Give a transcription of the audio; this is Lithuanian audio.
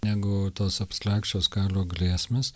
negu tos abstrakčios karo grėsmės